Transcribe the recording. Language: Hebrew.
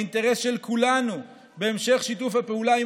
האינטרס של כולנו בהמשך שיתוף הפעולה עם